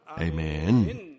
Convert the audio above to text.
Amen